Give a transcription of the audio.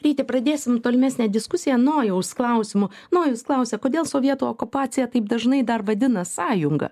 ryti pradėsime tolimesnę diskusiją nojaus klausimu nojus klausia kodėl sovietų okupaciją taip dažnai dar vadina sąjunga